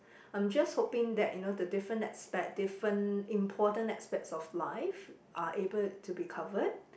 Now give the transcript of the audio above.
I'm just hoping that you know the different aspect different important aspects of life are able to be covered